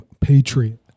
Patriot